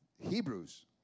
Hebrews